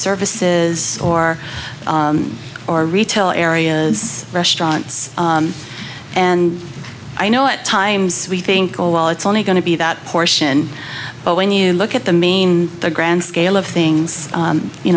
services or our retail areas restaurants and i know at times we think oh well it's only going to be that portion but when you look at the main the grand scale of things